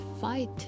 fight